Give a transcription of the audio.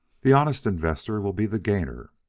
the honest investor will be the gainer.